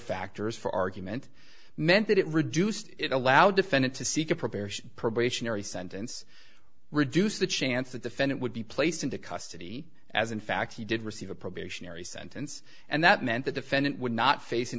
factors for argument meant that it reduced it allow defendant to seek a prepared probationary sentence reduced the chance the defendant would be placed into custody as in fact he did receive a probationary sentence and that meant the defendant would not fac